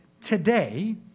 today